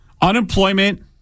Unemployment